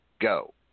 go